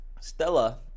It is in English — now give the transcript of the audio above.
Stella